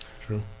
true